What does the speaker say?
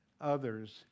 others